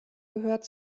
gehört